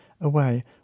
away